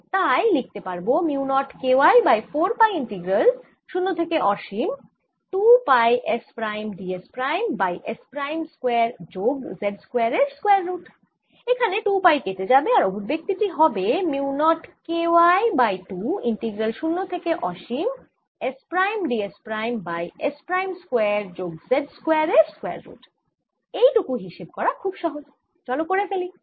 আর তাই লিখতে পারব mu naught K y by 4 pi integral 0 থেকে অসীম 2 pi S prime d s prime by S prime square যোগ z স্কয়ার এর স্কয়ার রুট এখানে 2 পাই কেটে যাবে আর অভিব্যক্তি টি হবে mu naught K y by 2 integral 0 থেকে অসীম S prime d s prime by S prime square যোগ z স্কয়ার এর স্কয়ার রুট এই টুকু হিসেব করা খুব সহজ চল করে ফেলি